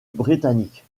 britanniques